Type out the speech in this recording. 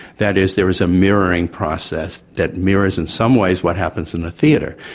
that is there is a mirroring process that mirrors in some ways what happens in the theatre.